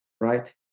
right